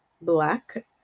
black